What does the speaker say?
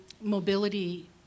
mobility